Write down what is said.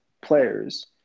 players